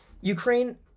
Ukraine